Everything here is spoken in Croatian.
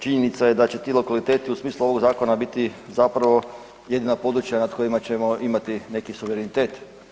Činjenica je da će ti lokaliteti u smislu ovog Zakona biti zapravo jedina područja nad kojima ćemo imati neki suverenitet.